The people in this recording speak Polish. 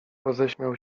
roześmiał